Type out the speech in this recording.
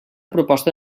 proposta